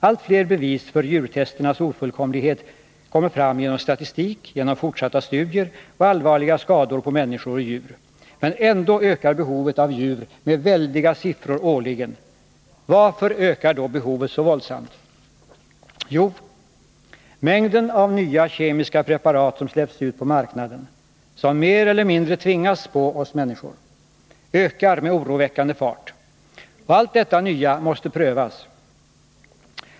Allt fler bevis för djurtesternas ofullkomlighet kommer fram genom statistik, genom fortsatta studier och genom allvarliga skador på människor och djur. Ändå ökar behovet av försöksdjur med väldiga siffror årligen. Varför ökar då behovet så våldsamt? Jo, mängden av nya kemiska preparat som släpps ut på marknaden — som mer eller mindre tvingas på människorna — ökar med oroväckande fart. Och allt detta nya måste prövas.